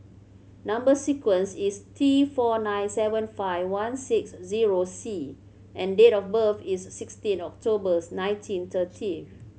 number sequence is T four nine seven five one six zero C and date of birth is sixteen Octobers nineteen thirtieth